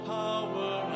power